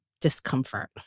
discomfort